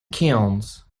kilns